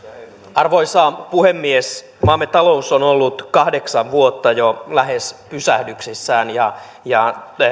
arvoisa puhemies maamme talous on ollut jo kahdeksan vuotta lähes pysähdyksissään ja ja